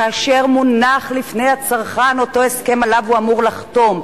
כאשר לפני הצרכן מונח אותו הסכם שעליו הוא אמור לחתום,